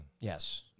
Yes